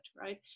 right